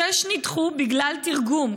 שש נדחו בגלל תרגום,